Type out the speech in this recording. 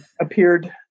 Appeared